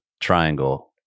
triangle